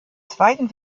zweiten